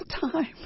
time